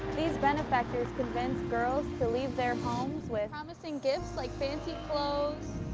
these benefactors convince girls to leave their homes with promising gifts like fancy clothes,